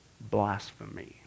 blasphemy